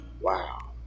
Wow